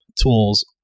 tools